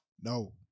No